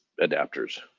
adapters